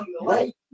right